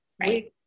Right